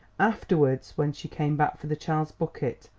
afterwards when she came back for the child's bucket,